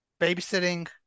Babysitting